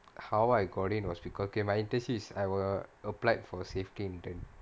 how I got in was becau~ okay my internship I a~ applied for safety intern